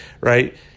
right